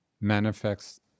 manifests